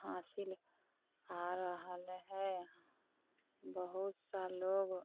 हासिल आ रहल है बहुत सा लोग